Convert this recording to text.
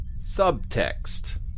Subtext